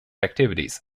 activities